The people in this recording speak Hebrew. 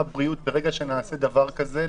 ברגע שנעשה דבר כזה,